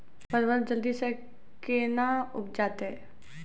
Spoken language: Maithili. परवल जल्दी से के ना उपजाते?